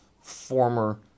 former